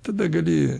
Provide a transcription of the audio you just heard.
tada gali